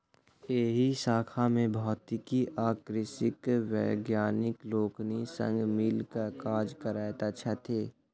एहि शाखा मे भौतिकी आ कृषिक वैज्ञानिक लोकनि संग मिल क काज करैत छथि